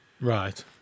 Right